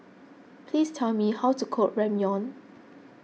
please tell me how to cook Ramyeon